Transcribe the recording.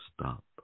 stop